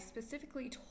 specifically